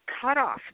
cutoff